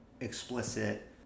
explicit